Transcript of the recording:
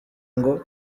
ngo